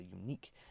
unique